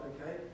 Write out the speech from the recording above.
okay